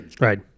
right